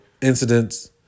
incidents